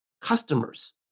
customers